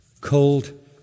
Cold